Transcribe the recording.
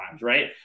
right